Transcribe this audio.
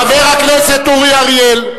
חבר הכנסת אורי אריאל.